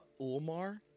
Ulmar